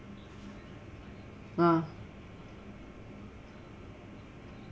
ah